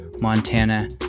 Montana